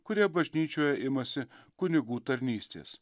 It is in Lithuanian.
kurie bažnyčioje imasi kunigų tarnystės